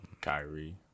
Kyrie